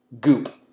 Goop